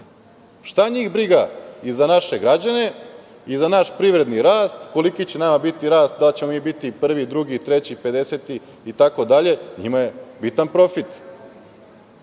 Šta njih briga i za naše građane i za naš privredni rast, koliki će nama biti rast, da li ćemo mi biti prvi, drugi, treći, pedeseti itd, njima je bitan profit.